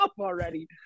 already